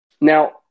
Now